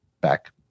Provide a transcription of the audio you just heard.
back